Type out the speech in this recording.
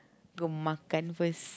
go makan first